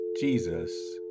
Jesus